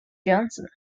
johnson